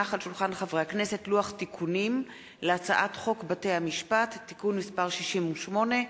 לוח תיקונים להצעת חוק בתי-המשפט (תיקון מס' 68),